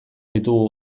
ditugu